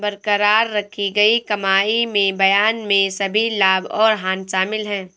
बरकरार रखी गई कमाई में बयान में सभी लाभ और हानि शामिल हैं